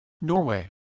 Norway